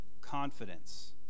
confidence